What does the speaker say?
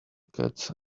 cats